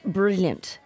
brilliant